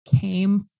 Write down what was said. came